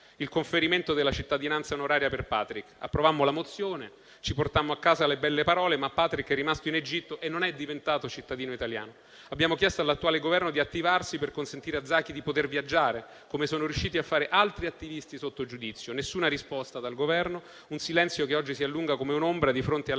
il conferimento della cittadinanza onoraria per Patrick. Approvammo la mozione, ci portammo a casa le belle parole, ma Patrick è rimasto in Egitto e non è diventato cittadino italiano. Abbiamo chiesto all'attuale Governo di attivarsi per consentire a Zaki di poter viaggiare, come sono riusciti a fare altri attivisti sotto giudizio: nessuna risposta dal Governo; un silenzio che oggi si allunga come un'ombra di fronte all'abuso